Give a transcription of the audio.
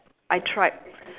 I tried